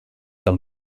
del